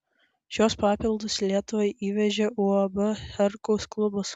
šiuos papildus į lietuvą įvežė uab herkaus klubas